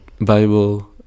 Bible